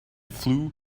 flew